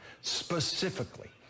specifically